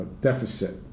deficit